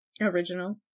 Original